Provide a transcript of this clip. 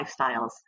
lifestyles